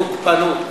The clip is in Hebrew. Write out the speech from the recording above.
זו מלחמת תוקפנות.